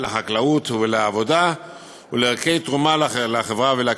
לחקלאות ולעבודה ולערכי תרומה לחברה ולקהילה.